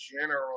general